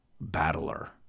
battler